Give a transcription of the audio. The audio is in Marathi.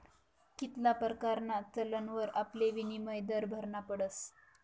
कित्ला परकारना चलनवर आपले विनिमय दर भरना पडस